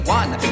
one